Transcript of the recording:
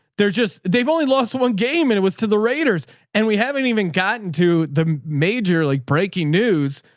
they're just, they've only lost one game and it was to the raiders and we haven't even gotten to the major, like breaking news.